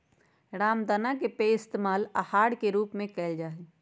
रामदाना के पइस्तेमाल आहार के रूप में कइल जाहई